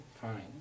fine